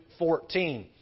14